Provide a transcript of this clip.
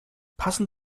passen